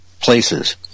places